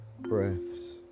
breaths